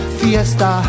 fiesta